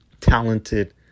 talented